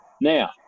Now